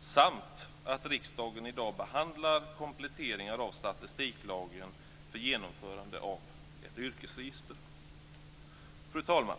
Dessutom behandlar riksdagen i dag kompletteringar av statistiklagen för genomförandet av ett yrkesregister. Fru talman!